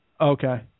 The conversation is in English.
Okay